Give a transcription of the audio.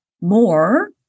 more